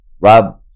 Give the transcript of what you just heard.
Rob